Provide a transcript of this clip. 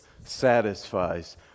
satisfies